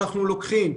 אנחנו לוקחים.